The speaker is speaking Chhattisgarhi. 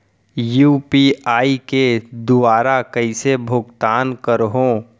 यू.पी.आई के दुवारा कइसे भुगतान करहों?